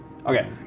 Okay